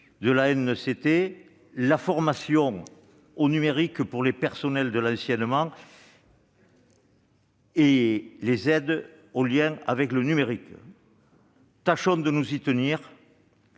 (ANCT), la formation au numérique pour les personnels de l'enseignement et les aides en lien avec le numérique. Tâchons de nous y tenir,